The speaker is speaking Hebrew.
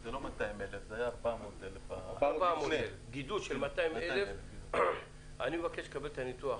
לא 200,000. גידול של 200,000. אני מבקש לקבל את הניתוח.